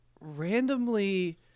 randomly